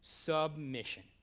Submission